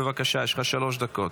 בבקשה, יש לך שלוש דקות.